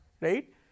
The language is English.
right